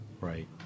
Right